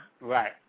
Right